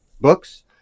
books